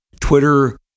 twitter